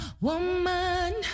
woman